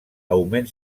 augment